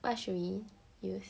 what should we use